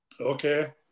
Okay